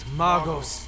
magos